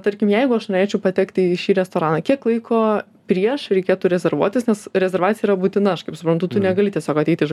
tarkim jeigu aš norėčiau patekti į šį restoraną kiek laiko prieš reikėtų rezervuotis nes rezervacija yra būtina aš kaip suprantu tu negali tiesiog ateiti iš